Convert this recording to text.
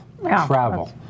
travel